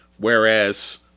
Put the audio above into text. Whereas